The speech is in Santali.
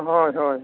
ᱦᱳᱭ ᱦᱳᱭ